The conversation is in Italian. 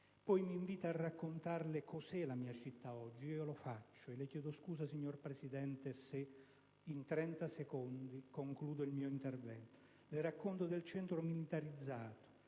Poi mi invita a raccontarle cosa è la mia città oggi. Ed io lo faccio». Le chiedo scusa, signor Presidente, se utilizzerò ancora 30 secondi per concludere il mio intervento. «Le racconto del centro militarizzato.